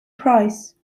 price